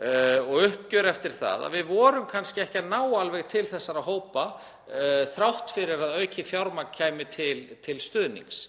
Covid-faraldrinum, að við vorum kannski ekki alveg að ná til þessara hópa þrátt fyrir að aukið fjármagn kæmi til stuðnings,